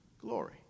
glory